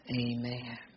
Amen